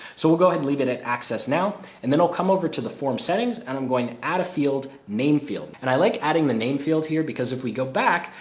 so we'll go ahead and leave in it access now. and then i'll come over to the form settings and i'm going to add a field name field. and i like adding the name field here, because if we go back,